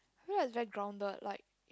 that's very grounded like